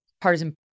partisan